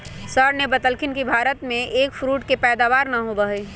sir ने बतल खिन कि भारत में एग फ्रूट के पैदावार ना होबा हई